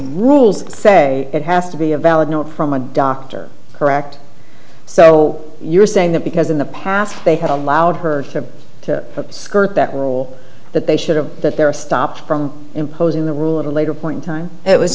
rules say it has to be a valid note from a doctor correct so you're saying that because in the past they had allowed her to skirt that will that they should have that they're stopped from imposing the rule at a later point in time it was